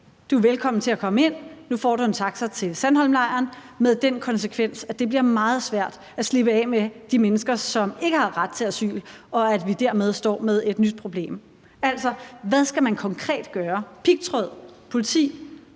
Du er velkommen til at komme ind; nu får du en taxa til Sandholmlejren? Det vil have den konsekvens, at det bliver meget svært at slippe af med de mennesker, som ikke har ret til asyl, og at vi dermed står med et nyt problem. Hvad skal man konkret gøre: pigtråd, politi